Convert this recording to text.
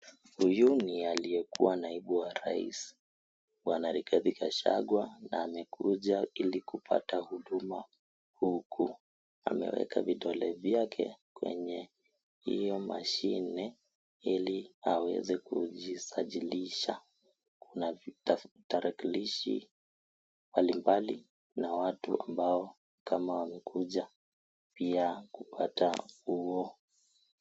Huyu ni aliyekuwa naibu wa Rais Bwana Rigathi Gachagua. Na amekuja ili kupata huduma huku ameweka vudole vyake kwenye hiyo mashine, ili awezekujisajilisha kuna tarakilishi mbalimbali na watu ambao kama wamekuja kupata huo.